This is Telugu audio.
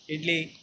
ఇడ్లీ